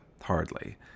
Hardly